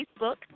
Facebook